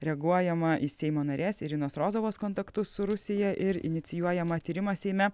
reaguojama į seimo narės irinos rozovos kontaktus su rusija ir inicijuojamą tyrimą seime